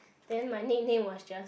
then my nickname was just